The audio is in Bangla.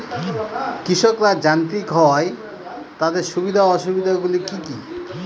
কৃষকরা যান্ত্রিক হওয়ার তাদের সুবিধা ও অসুবিধা গুলি কি কি?